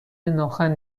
ناخن